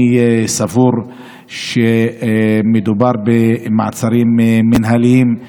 אני סבור שמדובר במעצרים מינהליים.